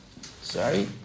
sorry